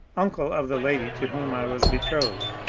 uncle of the lady to whom i was betrothed.